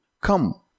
Come